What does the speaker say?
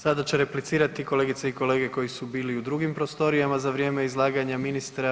Sada će replicirati kolegica i kolege koji su bili u drugim prostorijama za vrijeme izlaganja ministra.